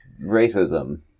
racism